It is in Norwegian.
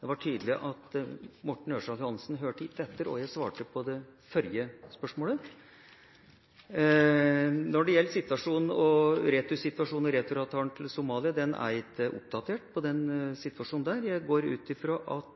det var tydelig at Morten Ørsal Johansen ikke hørte etter hva jeg svarte på det forrige spørsmålet. Når det gjelder returavtalen til Somalia, er jeg ikke oppdatert på den situasjonen. Jeg går ut fra at